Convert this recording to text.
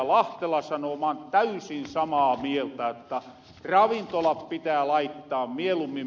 mä oon täysin samaa mieltä jotta ravintolat pitää laittaa mieluummin